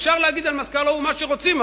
אפשר להגיד על מזכ"ל האו"ם מה שרוצים,